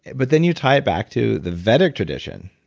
but then you tie it back to the vedic tradition.